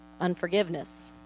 unforgiveness